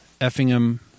Effingham